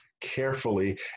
carefully